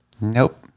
Nope